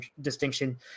distinction